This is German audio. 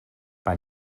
bei